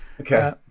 Okay